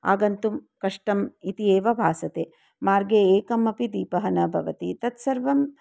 आगन्तुं कष्टम् इति एव भासते मार्गे एकमपि दीपः न भवति तत्सर्वम्